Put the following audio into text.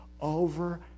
over